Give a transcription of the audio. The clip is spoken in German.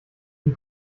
wie